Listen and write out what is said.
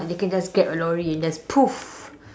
they can just grab a lorry and just poof